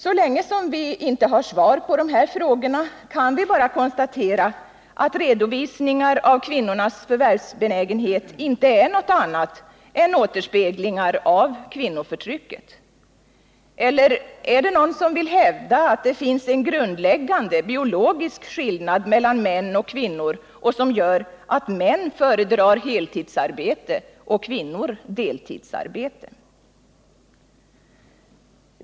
Så länge vi inte har svar på de frågorna kan vi bara konstatera att redovisningar av kvinnornas förvärvsbenägenhet inte är något annat än återspeglingar av kvinnoförtrycket. Eller är det någon som vill hävda att det finns en grundläggande biologisk skillnad mellan män och kvinnor, som gör att män föredrar heltidsarbete och kvinnor deltidsarbete?